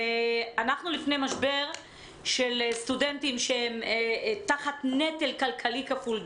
אנחנו לפני משבר של סטודנטים שהם תחת נטל כלכלי כפול,